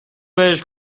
بهش